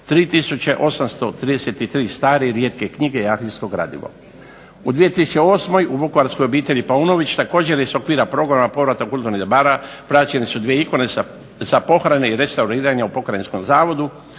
833 stare i rijetke knjige i arhivsko gradivo. U 2008. u vukovarskoj obitelji Paunović također je …/Ne razumije se./… progona povrata kulturnih dobara, vraćene su dvije ikone sa pohrane i restauriranja u pokrajinskom zavodu